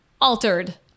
altered